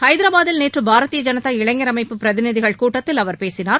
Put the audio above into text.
ஹைதராபாதில் நேற்று பாரதிய ஜனதா இளைஞர் அமைப்பு பிரதிநிதிகள் கூட்டத்தில் அவர் பேசினார்